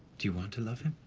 do you want to love him?